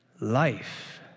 Life